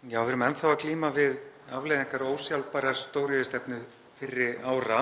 Við erum enn þá að glíma við afleiðingar ósjálfbærrar stóriðjustefnu fyrri ára